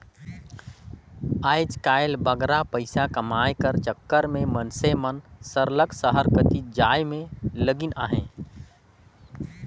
आएज काएल बगरा पइसा कमाए कर चक्कर में मइनसे मन सरलग सहर कतिच जाए में लगिन अहें